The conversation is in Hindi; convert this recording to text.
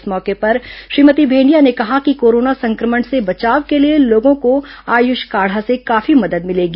इस मौके पर श्रीमती भेंडिया ने कहा कि कोरोना संक्रमण से बचाव के लिए लोगों को आयुष काढ़ा से काफी मदद मिलेगी